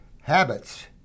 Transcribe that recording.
habits